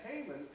Haman